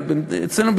אבל אצלנו,